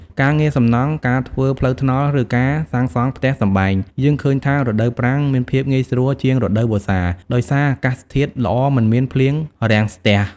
ការងារសំណង់ ការធ្វើផ្លូវថ្នល់ ឬការសាងសង់ផ្ទះសម្បែង យើងឃើញថារដូវប្រាំងមានភាពងាយស្រួលជាងរដូវវស្សា ដោយសារអាកាសធាតុល្អមិនមានភ្លៀងរាំងស្ទះ។